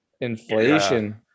Inflation